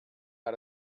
how